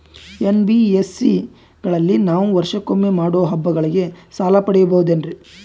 NBSC ಗಳಲ್ಲಿ ನಾವು ವರ್ಷಕೊಮ್ಮೆ ಮಾಡೋ ಹಬ್ಬಗಳಿಗೆ ಸಾಲ ಪಡೆಯಬಹುದೇನ್ರಿ?